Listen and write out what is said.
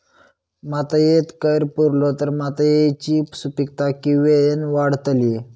मातयेत कैर पुरलो तर मातयेची सुपीकता की वेळेन वाडतली?